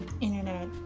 internet